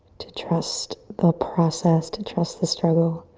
to trust the process, to trust the struggle?